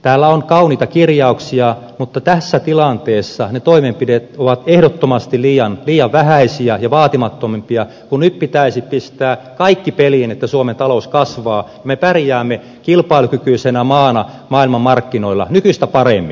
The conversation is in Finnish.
täällä on kauniita kirjauksia mutta tässä tilanteessa ne toimenpiteet ovat ehdottomasti liian vähäisiä ja vaatimattomia kun nyt pitäisi pistää kaikki peliin että suomen talous kasvaa ja me pärjäämme kilpailukykyisenä maana maailmanmarkkinoilla nykyistä paremmin